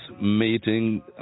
meeting